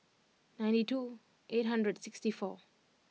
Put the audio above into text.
ninety two eight hundred sixty four